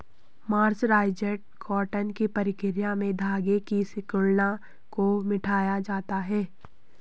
mercerised cotton की प्रक्रिया में धागे की सिकुड़न को मिटाया जाता है